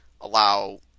allow